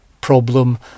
problem